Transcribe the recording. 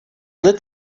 lit